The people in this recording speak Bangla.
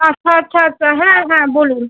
আচ্ছা আচ্ছা আচ্ছা হ্যাঁ হ্যাঁ বলুন